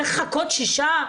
צריך לחכות שישה,